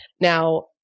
Now